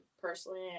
personally